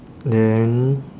then